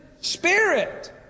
spirit